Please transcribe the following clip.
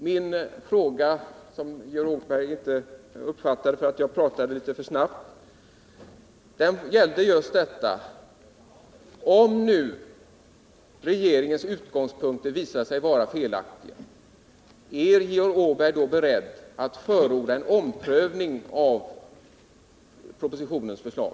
Min fråga, som Georg Åberg inte uppfattade därför att jag talade litet för snabbt, gällde detta: Om nu regeringens utgångspunkter visar sig vara felaktiga, är Georg Åberg då beredd att förorda en omprövning av avtalet?